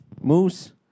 Moose